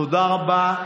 תודה רבה.